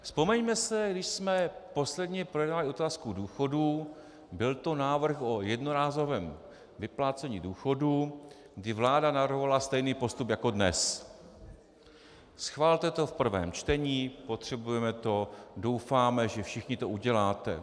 Vzpomeňme si, když jsme posledně projednávali otázku důchodů, byl to návrh o jednorázovém vyplácení důchodu, kdy vláda navrhovala stejný postup jako dnes schvalte to v prvém čtení, potřebujeme to, doufáme, že všichni to uděláte.